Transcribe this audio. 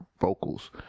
vocals